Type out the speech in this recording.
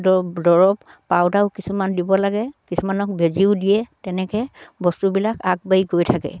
দ দৰৱ পাউদাৰো কিছুমান দিব লাগে কিছুমানক বেজিও দিয়ে তেনেকে বস্তুবিলাক আগবাঢ়ি গৈ থাকে